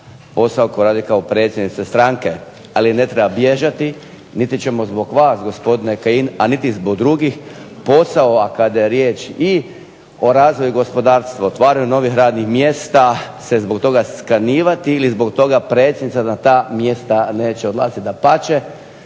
posao koji radi kao predsjednica stranke. Ali ne treba bježati, niti ćemo zbog vas gospodine Kajin a niti zbog drugih, posao a kada je riječ i o razvoju gospodarstva, otvaranju novih radnih mjesta se zbog toga skanjivati ili zbog toga predsjednica neće odlaziti na ta